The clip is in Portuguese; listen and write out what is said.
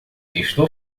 estou